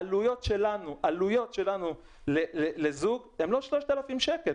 העלויות שלנו לזוג הן לא 3,000 שקלים